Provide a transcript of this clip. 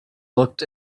looked